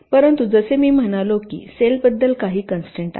परंतु जसे मी म्हणालो की सेलबद्दल काही कन्स्ट्रेन्ट आहेत